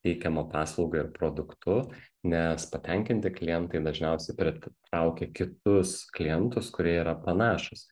teikiama paslauga ir produktu nes patenkinti klientai dažniausiai pritraukia kitus klientus kurie yra panašūs